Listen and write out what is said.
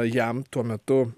jam tuo metu